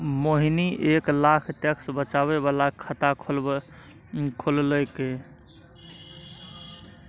मोहिनी एक लाख टैक्स बचाबै बला खाता खोललकै